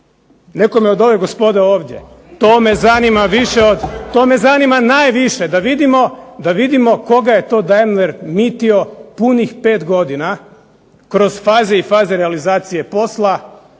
To me zanima više od, to me zanima najviše. Da vidimo koga je to Daimler mitio punih 5 godina kroz faze i faze realizacije posla